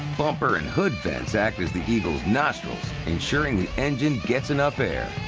bumper and hood vents act as the eagle's nostrils, ensuring the engine gets enough air.